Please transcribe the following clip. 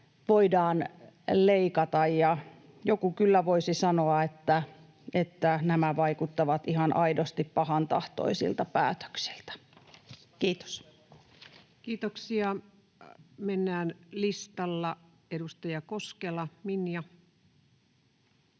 voidaan leikata. Joku kyllä voisi sanoa, että nämä vaikuttavat ihan aidosti pahantahtoisilta päätöksiltä. — Kiitos. [Speech 108] Speaker: Ensimmäinen